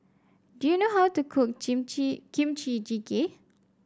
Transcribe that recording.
do you know how to cook Kimchi Jjigae